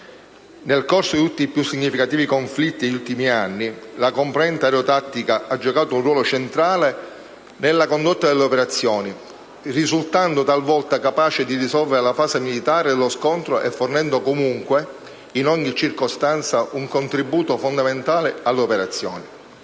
Nel corso di tutti i più significativi conflitti degli ultimi anni la componente aerotattica ha giocato un ruolo centrale nella condotta delle operazioni, risultando talvolta capace di risolvere la fase militare dello scontro e fornendo comunque, in ogni circostanza, un contributo fondamentale alle operazioni.